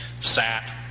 sat